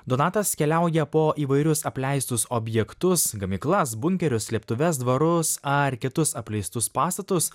donatas keliauja po įvairius apleistus objektus gamyklas bunkerius slėptuves dvarus ar kitus apleistus pastatus